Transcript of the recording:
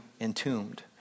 entombed